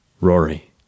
Rory